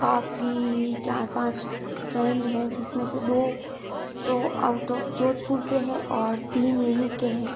काफ़ी चार पाँच फ्रेंड है जिसमें से दो तो आउट ऑफ जोधपुर के है और तीन यहीं के हैं